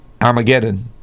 Armageddon